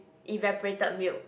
evaporated milk